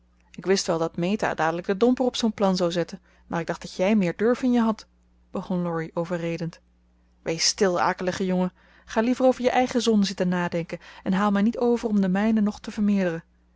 ik wist wel dat meta dadelijk den domper op zoo'n plan zou zetten maar ik dacht dat jij meer durf in je had begon laurie overredend wees stil akelige jongen ga liever over je eigen zonden zitten nadenken en haal mij niet over om de mijne nog te vermeerderen